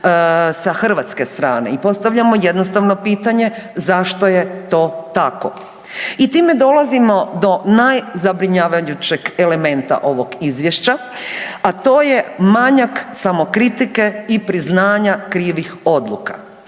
sa hrvatske strane. I postavljamo jednostavno pitanje zašto je to tako? I time dolazimo do najzabrinjavajućeg elementa ovog izvješća, a to je manjak samokritike i priznanja krivih odluka.